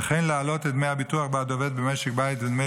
וכן להעלות את דמי הביטוח בעד עובד במשק בית ודמי